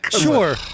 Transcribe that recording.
Sure